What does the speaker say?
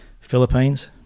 Philippines